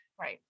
Right